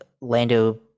Lando